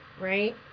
right